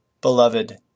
Beloved